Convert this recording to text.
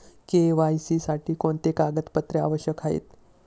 KYC साठी कोणती कागदपत्रे आवश्यक आहेत?